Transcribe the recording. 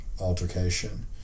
Altercation